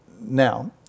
now